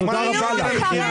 תתביישו לכם.